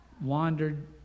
wandered